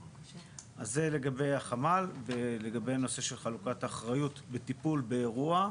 אז לגבי החמ"ל ולגבי הנושא של חלוקת האחריות בטיפול האירוע,